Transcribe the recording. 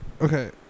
Okay